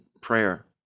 prayer